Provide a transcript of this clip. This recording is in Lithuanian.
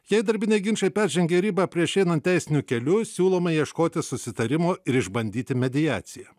jei darbiniai ginčai peržengė ribą prieš einant teisiniu keliu siūloma ieškoti susitarimo ir išbandyti mediaciją